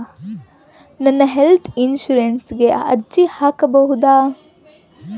ನಾನು ಹೆಲ್ತ್ ಇನ್ಶೂರೆನ್ಸಿಗೆ ಅರ್ಜಿ ಹಾಕಬಹುದಾ?